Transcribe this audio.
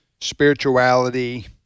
spirituality